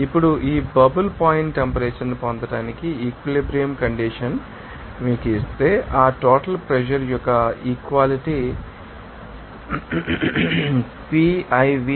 ఇప్పుడు ఈ bubble point temperature ను పొందడానికి ఈక్విలిబ్రియం కండిషన్ మీకు ఇస్తే ఆ టోటల్ ప్రెషర్ యొక్క ఈక్వాలిటీ Pivxi